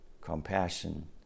compassion